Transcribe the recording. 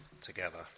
together